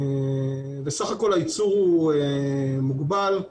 בסך הכול הייצור מוגבל,